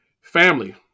family